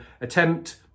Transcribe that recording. attempt